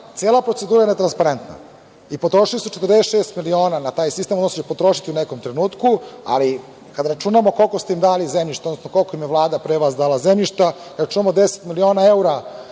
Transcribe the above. cela procedura je netransparentna. Potrošili ste 46 miliona na taj sistem, odnosno potrošičete u nekom trenutku, ali kada računamo koliko ste dali zemljišta, odnosno koliko je Vlada pre vas dala zemljišta, računamo 10 miliona evra